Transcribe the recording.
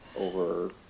over